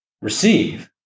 receive